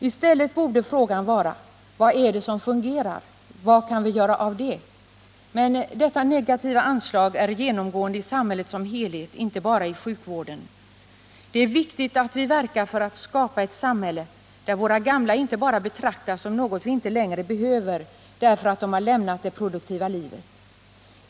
I stället borde frågan vara: Vad är det som fungerar? Vad kan vi göra åt det? Men detta negativa anslag är genomgående i samhället som helhet, inte bara i sjukvården. Det är viktigt att vi verkar för att skapa ett samhälle där gamla inte betraktas som något vi inte längre behöver därför att de lämnat det produktiva livet.